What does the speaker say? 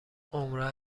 عمرا